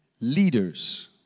leaders